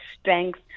strength